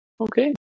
Okay